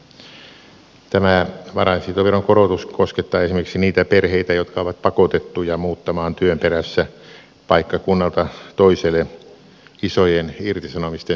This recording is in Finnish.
tämä varainsiirtoveron korotus koskettaa esimerkiksi niitä perheitä jotka ovat pakotettuja muuttamaan työn perässä paikkakunnalta toiselle isojen irtisanomisten seurauksena